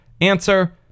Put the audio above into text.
Answer